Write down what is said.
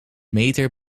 meter